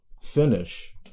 finish